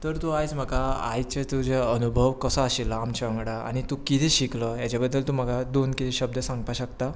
तर आयज तूं म्हाका आयचे तुजे अनुभव कसो आशिल्लो आमच्या वांगडा आनी तूं कितें शिकलो जाल्यार तूं म्हाका दोन कितें शब्दांत सांगपाक शकता